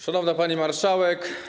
Szanowna Pani Marszałek!